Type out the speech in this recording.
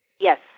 Yes